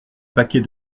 paquet